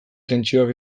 tentsioak